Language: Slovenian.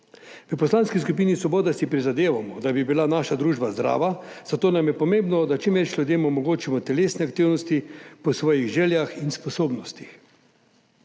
V Poslanski skupini Svoboda si prizadevamo, da bi bila naša družba zdrava, zato nam je pomembno, da čim več ljudem omogočimo telesne aktivnosti po svojih željah in sposobnostih.